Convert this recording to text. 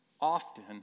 often